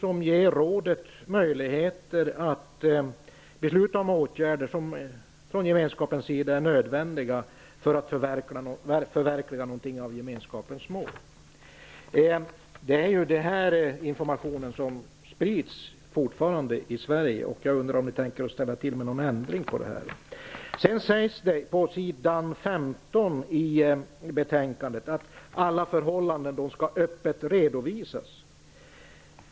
Den ger rådet möjligheter att besluta om åtgärder som från gemenskapens sida är nödvändiga för att förverkliga gemenskapens mål. Denna information sprids fortfarande i Sverige. Jag undrar om ni tänker ställa till med någon ändring av det. Det sägs på s. 15 i betänkandet att alla förhållanden skall redovisas öppet.